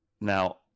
Now